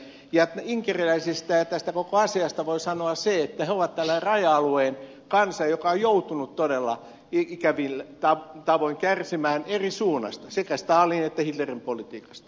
inkeriläisistä ja tästä koko asiasta voi sanoa sen että he ovat tällainen raja alueen kansa joka on joutunut todella ikävin tavoin kärsimään eri suunnasta sekä stalinin että hitlerin politiikasta molemmista